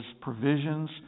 provisions